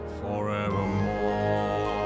forevermore